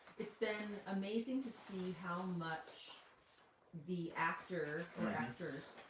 it's been amazing to see how much the actor, or actors,